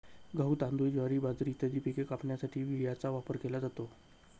गहू, तांदूळ, ज्वारी, बाजरी इत्यादी पिके कापण्यासाठी विळ्याचा वापर केला जातो